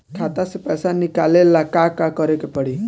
खाता से पैसा निकाले ला का का करे के पड़ी?